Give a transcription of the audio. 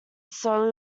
slowly